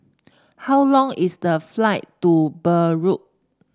how long is the flight to Beirut